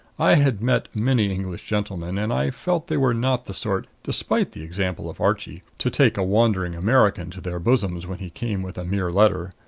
i had met many english gentlemen, and i felt they were not the sort despite the example of archie to take a wandering american to their bosoms when he came with a mere letter.